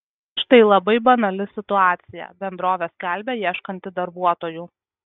štai labai banali situacija bendrovė skelbia ieškanti darbuotojų